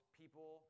people